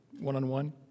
one-on-one